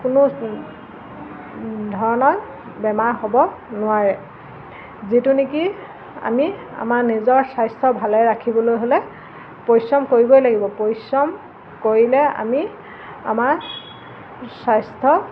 কোনো ধৰণৰ বেমাৰ হ'ব নোৱাৰে যিটো নেকি আমি আমাৰ নিজৰ স্বাস্থ্য ভালে ৰাখিবলৈ হ'লে পৰিশ্ৰম কৰিবই লাগিব পৰিশ্ৰম কৰিলে আমি আমাৰ স্বাস্থ্য